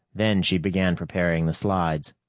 then she began preparing the slides.